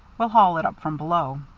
we'll haul it up from below.